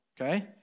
Okay